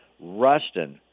Rustin